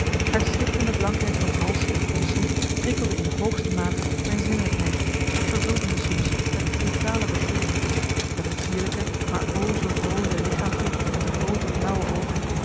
haar schitterende blankheid van hals en polsen prikkelde in de hoogste mate mijn zinnelijkheid vervulde me soms met brutale begeerte terwijl het sierlijke maar o zoo broze lichaampje met de groote blauwe oogen